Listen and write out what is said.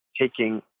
taking